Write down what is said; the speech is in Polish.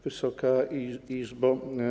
Wysoka Izbo!